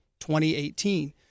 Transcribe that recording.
2018